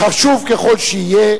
חשוב ככל שיהיה,